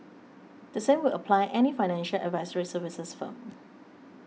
the same will apply any financial advisory services firm